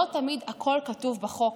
לא תמיד הכול כתוב בחוק,